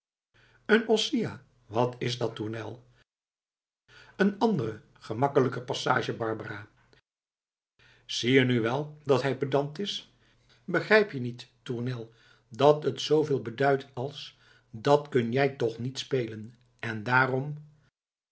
een ossia wat is dat tournel een andere gemakkelijker passage barbara zie je nu wel dat hij pedant is begrijp je niet tournel dat het zooveel beduidt als dat kun jij toch niet spelen en daarom